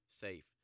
safe